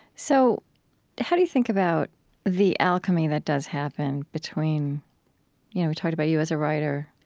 so how do you think about the alchemy that does happen between you know we talked about you as a writer,